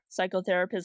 Psychotherapist